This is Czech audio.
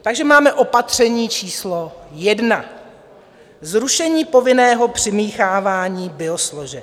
Takže máme opatření číslo jedna zrušení povinného přimíchávání biosložek.